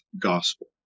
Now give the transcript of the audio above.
gospel